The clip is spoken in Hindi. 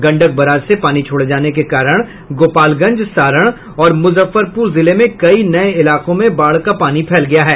गंडक बराज से पानी छोड़े जाने के कारण गोपालगंज सारण और मुजफ्फरपुर जिले में कई नये इलाकों में बाढ़ का पानी फैल गया है